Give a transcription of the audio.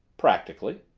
practically.